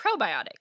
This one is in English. probiotic